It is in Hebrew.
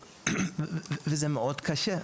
וזה מאוד קשה.